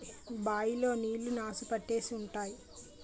bye లో నీళ్లు నాసు పట్టేసి ఉంటాయి